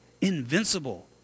Invincible